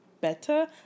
better